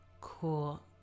Cool